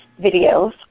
videos